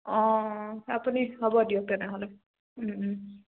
অঁ আপুনি হ'ব দিয়ক তেনেহ'লে